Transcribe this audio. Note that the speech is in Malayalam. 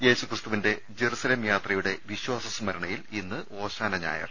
യേശുക്രിസ്തുവിന്റെ ജറുസലേം യാത്രയുടെ വിശാസ സ്മരണ യിൽ ഇന്ന് ഓശാന ഞായർ